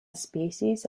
species